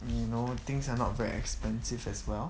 you know things are not very expensive as well